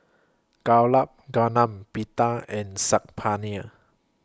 Gulab Gulab Pita and Saag Paneer